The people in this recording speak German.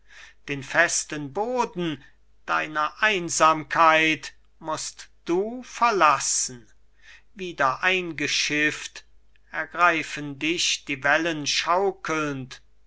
den festen boden deiner einsamkeit mußt du verlassen wieder eingeschifft ergreifen dich die wellen schaukelnd